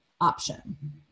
option